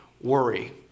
worry